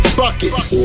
buckets